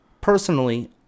personally